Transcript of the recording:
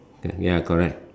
ya correct